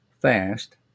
fast